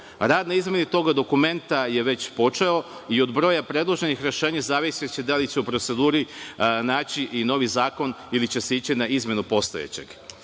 Rad na izmeni tog dokumenta je već počeo i od broja predloženih rešenja zavisiće da li će se u proceduri naći i novi zakon ili će se ići na izmenu postojećeg.U